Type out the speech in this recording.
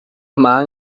man